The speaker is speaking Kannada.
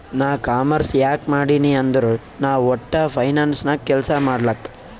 ನಾ ಕಾಮರ್ಸ್ ಯಾಕ್ ಮಾಡಿನೀ ಅಂದುರ್ ನಾ ವಟ್ಟ ಫೈನಾನ್ಸ್ ನಾಗ್ ಕೆಲ್ಸಾ ಮಾಡ್ಲಕ್